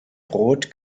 brot